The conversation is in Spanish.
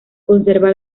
conserva